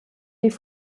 die